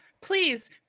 Please